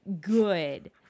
good